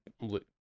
look